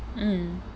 mm